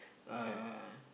uh